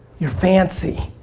you're fancy.